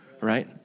right